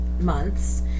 months